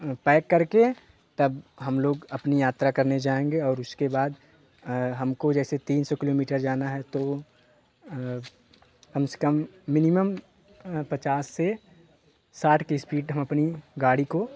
pack करके तब हम लोग अपनी यात्रा करने जाएँगे और उसके बाद हमको जैसे तीन सौ किलोमीटर जाना है तो कम से कम मिनिमम पचास से साठ की स्पीड हम अपनी गाड़ी को